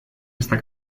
esta